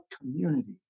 community